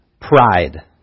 pride